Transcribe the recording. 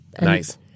Nice